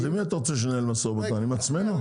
אז עם מי אתה רוצה שננהל משא ומתן, עם עצמנו?